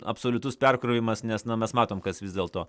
absoliutus perkrovimas nes na mes matom kas vis dėlto